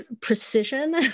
precision